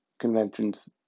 conventions